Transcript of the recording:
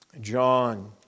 John